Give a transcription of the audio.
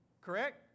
correct